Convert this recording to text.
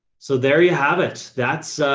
so there you have it, that's a,